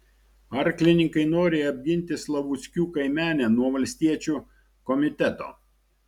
arklininkai nori apginti slavuckių kaimenę nuo valstiečių komiteto